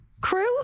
crew